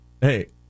hey